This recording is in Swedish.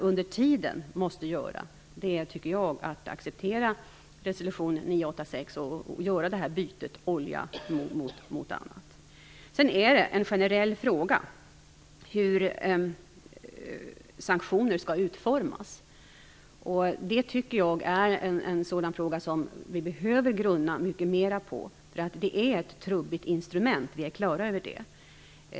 Under tiden måste man i första hand acceptera resolution 986 och byta olja mot annat. Sedan är det en generell fråga hur sanktioner skall utformas. Jag tycker att det är en fråga som vi behöver grunna mycket mer på. Vi är på det klara med att sanktioner är ett trubbigt instrument.